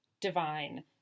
divine